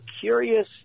curious